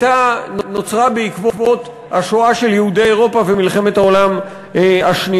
נוצרה בעקבות השואה של יהודי אירופה ומלחמת העולם השנייה.